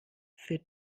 für